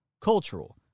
cultural